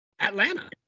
Atlanta